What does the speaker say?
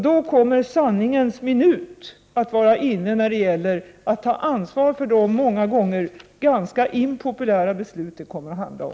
Då kommer sanningens minut att vara inne när det gäller att ta ansvar för de många gånger ganska impopulära beslut det kommer att handla om.